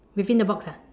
within the box ah